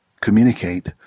communicate